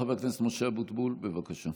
חבר הכנסת משה אבוטבול, בבקשה.